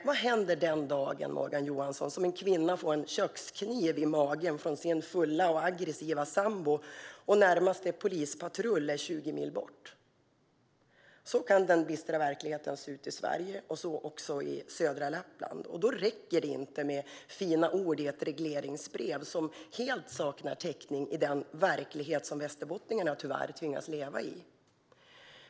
Vad händer den dag, Morgan Johansson, en kvinna får en kökskniv i magen av sin fulla och aggressiva sambo och närmaste polispatrull är 20 mil bort? Så kan den bistra verkligheten se ut i Sverige, också i södra Lappland. Då räcker det inte med fina ord i ett regleringsbrev som helt saknar täckning i den verklighet som västerbottningarna tyvärr tvingas leva i.